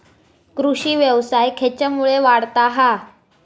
कृषीव्यवसाय खेच्यामुळे वाढता हा?